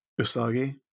usagi